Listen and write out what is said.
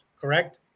correct